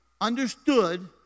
understood